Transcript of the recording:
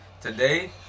today